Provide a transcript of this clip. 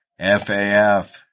FAF